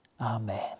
Amen